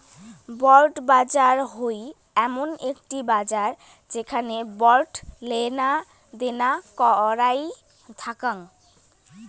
bond বাজার হই এমন একটি বাজার যেখানে বন্ড লেনাদেনা হইয়া থাকাং